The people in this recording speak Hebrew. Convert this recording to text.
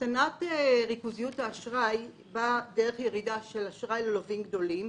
הקטנת ריכוזיות האשראי באה דרך ירידה של אשראי ללווים גדולים,